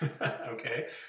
Okay